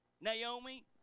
Naomi